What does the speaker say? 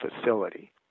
facility